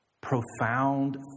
profound